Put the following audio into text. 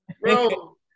Bro